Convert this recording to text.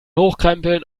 hochkrempeln